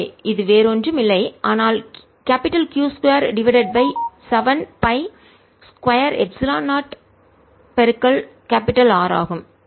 எனவே இது வேறு ஒன்றும் இல்லை ஆனால் Q 2 divided by 7 π 2 epsilon 0 R ஆகும்